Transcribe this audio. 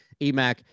Emac